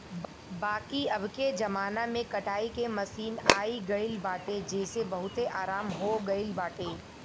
बाकी अबके जमाना में कटाई के मशीन आई गईल बाटे जेसे बहुते आराम हो गईल बाटे